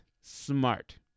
smart